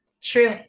True